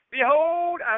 Behold